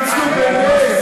יואל,